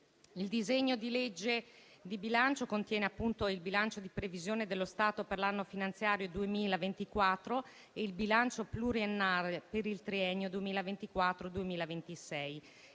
Il disegno di legge di bilancio contiene il bilancio di previsione dello Stato per l'anno finanziario 2024 e il bilancio pluriennale per il triennio 2024-2026.